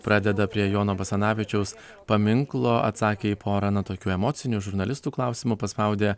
pradeda prie jono basanavičiaus paminklo atsakė į pora na tokių emocinių žurnalistų klausimų paspaudė